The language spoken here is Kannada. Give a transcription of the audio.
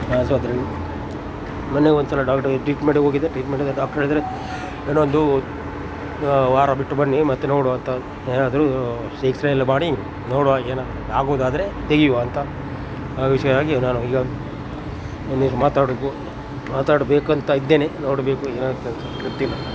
ಆಸ್ಪತ್ರೆಯಲ್ಲಿ ಮೊನ್ನೆ ಒಂದ್ಸಲ ಡಾಕ್ಟರ್ ಟ್ರೀಟ್ಮೆಂಟ್ಗೆ ಹೋಗಿದ್ದೆ ಟ್ರೀಟ್ಮೆಂಟಿನ ಡಾಕ್ಟರ್ ಹೇಳಿದ್ರು ಇನ್ನೊಂದು ವಾರ ಬಿಟ್ಟು ಬನ್ನಿ ಮತ್ತು ನೋಡ್ವಂತ ಏನಾದರು ಎಕ್ಸ್ರೇ ಎಲ್ಲ ಮಾಡಿ ನೋಡ್ವ ಏನಾಗ್ತದೆ ಆಗೂದಾದರೆ ತೆಗೆಯುವ ಅಂತ ಆ ವಿಷಯವಾಗಿ ನಾನು ಇವತ್ತು ಇಲ್ಲಿ ಮಾತಾಡುವುದು ಮಾತಾಡಬೇಕಂತ ಇದ್ದೇನೆ ನೋಡಬೇಕು ಏನಾಗ್ತದೆ ಅಂತ ಗೊತ್ತಿಲ್ಲ